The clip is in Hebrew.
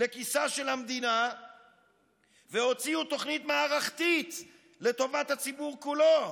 לכיסה של המדינה והוציאו תוכנית מערכתית לטובת הציבור כולו.